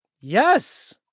yes